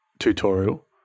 Tutorial